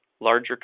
larger